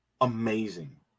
amazing